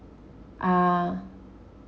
uh